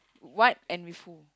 what and with who